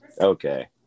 Okay